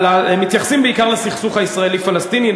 מתייחסים בעיקר לסכסוך הישראלי פלסטיני.